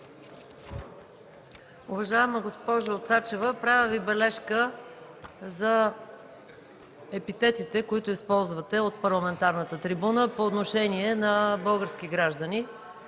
Уважаема госпожо Цачева, правя Ви бележка за епитетите, които използвате от парламентарната трибуна по отношение на български граждани